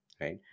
right